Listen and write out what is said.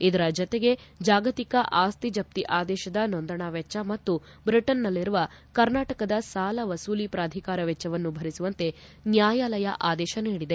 ಇದರ ಜತೆಗೆ ಜಾಗತಿಕ ಆಸ್ತಿ ಜಪ್ತಿ ಆದೇಶದ ನೋಂದಣಾ ವೆಚ್ಚ ಮತ್ತು ಬ್ರಿಟನ್ನಲ್ಲಿರುವ ಕರ್ನಾಟಕದ ಸಾಲ ವಸೂಲಿ ಪ್ರಾಧಿಕಾರ ವೆಚ್ಚವನ್ನೂ ಭರಿಸುವಂತೆ ನ್ಯಾಯಾಲಯ ಆದೇಶ ನೀಡಿದೆ